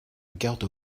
garde